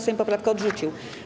Sejm poprawkę odrzucił.